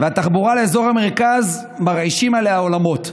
ועל תחבורה לאזור המרכז מרעישים עולמות.